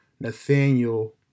Nathaniel